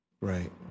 Right